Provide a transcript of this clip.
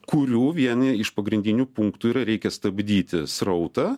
kurių vieni iš pagrindinių punktų yra reikia stabdyti srautą